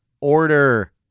order